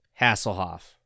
Hasselhoff